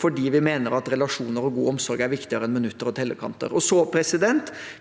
for vi mener at relasjoner og god omsorg er viktigere enn minutter og tellekanter. Vi